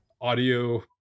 audio